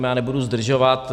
Já nebudu zdržovat.